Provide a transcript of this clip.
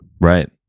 right